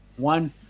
One